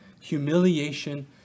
Humiliation